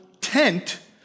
tent